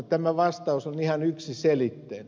tämä vastaus on ihan yksiselitteinen